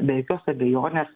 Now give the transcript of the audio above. be jokios abejonės